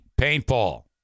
Paintball